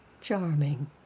Charming